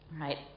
right